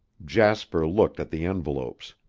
jasper looked at the envelopes.